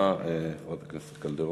תודה רבה, חברת הכנסת קלדרון.